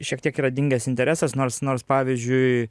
šiek tiek yra dingęs interesas nors nors pavyzdžiui